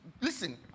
Listen